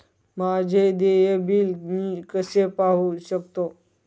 माझे देय बिल मी कसे पाहू शकतो?